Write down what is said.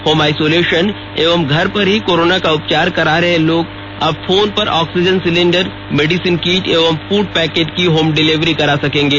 home isolation एवं घर पर ही कोरोना का उपचार करा रहे लोग अब फोन पर ऑक्सीजन सिलेंडर मेडिसिन किट एवं फूड पैकेट की होम डिलीवरी करा सकेंगे